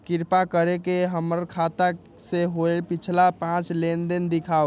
कृपा कर के हमर खाता से होयल पिछला पांच लेनदेन दिखाउ